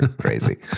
Crazy